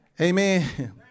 Amen